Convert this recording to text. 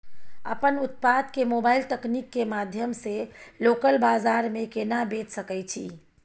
अपन उत्पाद के मोबाइल तकनीक के माध्यम से लोकल बाजार में केना बेच सकै छी?